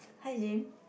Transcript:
hi Jim